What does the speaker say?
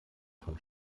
von